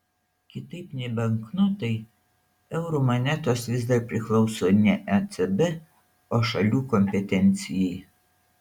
kitaip nei banknotai eurų monetos vis dar priklauso ne ecb o šalių kompetencijai